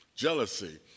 Jealousy